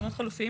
פתרונות חלופיים